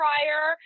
Prior